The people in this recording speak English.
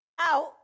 out